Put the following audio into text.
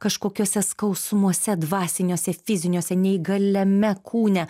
kažkokiuose skausmuose dvasiniuose fiziniuose neįgaliame kūne